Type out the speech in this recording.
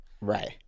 Right